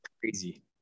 crazy